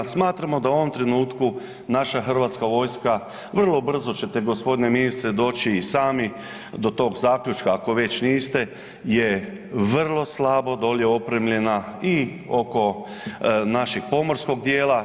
Smatramo da u ovom trenutku naša Hrvatska vojska, vrlo brzo ćete gospodine ministre doći i sami do toga zaključka ako već niste, je vrlo slabo dolje opremljena i oko našeg pomorskog dijela.